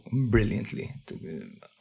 brilliantly